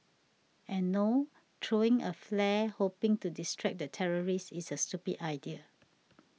and no throwing a flare hoping to distract the terrorist is a stupid idea